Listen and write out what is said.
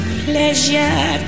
pleasure